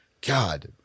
God